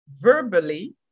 verbally